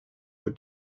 were